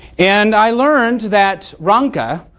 and i learned that ranca,